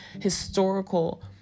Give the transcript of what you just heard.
historical